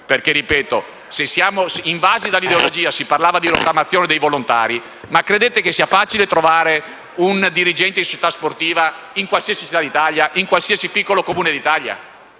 perché siamo invasi dall'ideologia. Si è parlato di rottamazione dei volontari: ma credete che sia facile trovare un dirigente di società sportiva in qualsiasi città d'Italia e in qualsiasi piccolo Comune d'Italia?